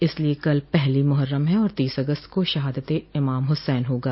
इसलिये कल पहली मुहर्रम है और तीस अगस्त को शहादते इमाम हुसैन होगा